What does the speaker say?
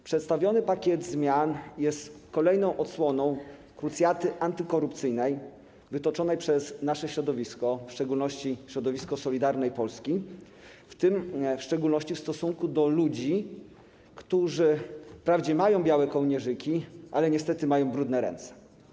Zaprezentowany pakiet zmian jest kolejną odsłoną krucjaty antykorupcyjnej wytoczonej przez nasze środowisko, w szczególności środowisko Solidarnej Polski, zwłaszcza w stosunku do ludzi, którzy wprawdzie mają białe kołnierzyki, ale niestety mają brudne ręce.